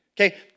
Okay